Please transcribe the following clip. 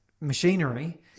machinery